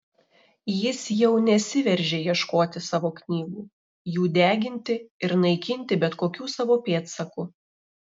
jis jau nesiveržė ieškoti savo knygų jų deginti ir naikinti bet kokių savo pėdsakų